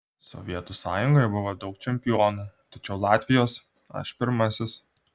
sovietų sąjungoje buvo daug čempionų tačiau latvijos aš pirmasis